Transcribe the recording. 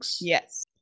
Yes